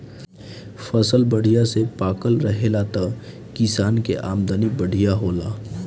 फसल बढ़िया से पाकल रहेला त किसान के आमदनी बढ़िया होला